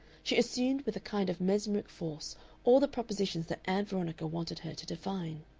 she assumed with a kind of mesmeric force all the propositions that ann veronica wanted her to define.